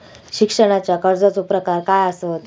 शिक्षणाच्या कर्जाचो प्रकार काय आसत?